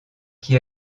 qui